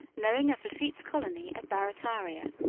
knowing of lafitte's colony at barrataria,